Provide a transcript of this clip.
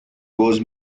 goes